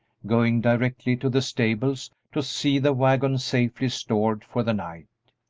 going directly to the stables to see the wagon safely stored for the night.